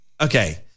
okay